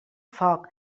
foc